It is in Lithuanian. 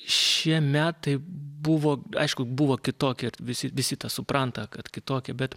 šie metai buvo aišku buvo kitokie ir visi visi tą supranta kad kitokie bet